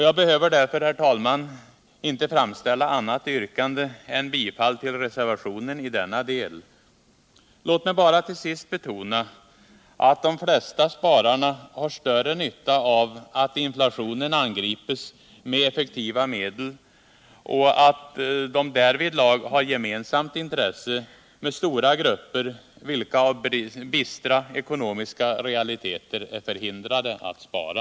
Jag behöver därför, herr talman, inte framställa annat yrkande än bifall till reservationen i denna del. Låt mig till sist bara betona att de flesta spararna har större nytta av att inflationen angrips med effektiva medel och att de därvidlag har gemensamt intresse med stora grupper, vilka av bistra ekonomiska realiteter är förhindrade att spara.